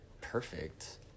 perfect